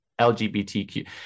LGBTQ